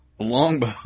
longbow